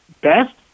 best